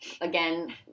again